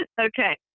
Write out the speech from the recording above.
Okay